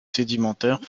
sédimentaires